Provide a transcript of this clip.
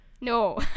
No